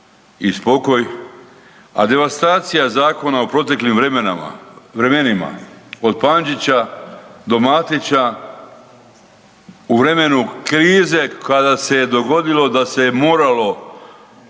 i spokoj. A devastacija zakona u proteklim vremenima od Pančića do Matića u vremenu krize kada se je dogodilo da se je moralo